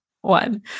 one